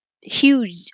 huge